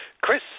Chris